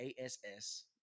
ASS